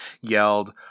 yelled